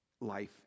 life